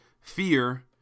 fear